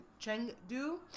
Chengdu